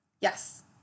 Yes